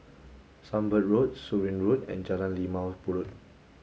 Sunbird Road Surin Road and Jalan Limau Purut